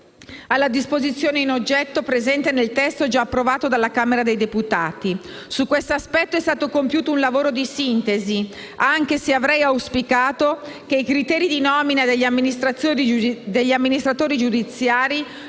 alla disposizione in oggetto presente nel testo già approvato dalla Camera dei deputati. Su quest'aspetto è stato compiuto un lavoro di sintesi, anche se avrei auspicato che i criteri di nomina degli amministratori giudiziari